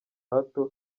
hato